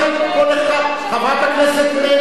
חברת הכנסת רגב.